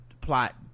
plot